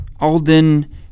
Alden